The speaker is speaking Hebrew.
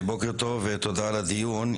בוקר טוב, ותודה על הדיון.